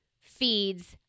feeds